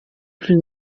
plus